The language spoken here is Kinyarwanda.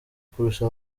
kurusha